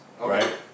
right